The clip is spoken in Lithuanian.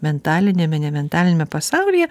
mentaliniame nementaliniame pasaulyje